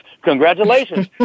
Congratulations